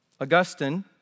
Augustine